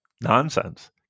nonsense